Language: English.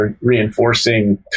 reinforcing